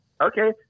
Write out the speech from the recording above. okay